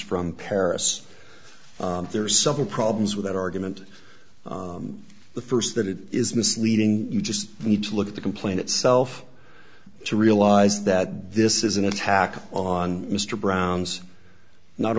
from paris there are several problems with that argument the st that it is misleading you just need to look at the complaint itself to realize that this is an attack on mr brown's not